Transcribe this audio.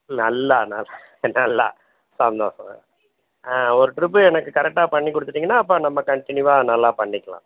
நல்லா நல்லா சந்தோஷம் ஆ ஒரு ட்ரிப்பு எனக்கு கரெக்டாக பண்ணிக் கொடுத்துட்டீங்கன்னா அப்போ நம்ம கண்ட்டினியூவாக நல்லாப் பண்ணிக்கலாம்